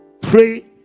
pray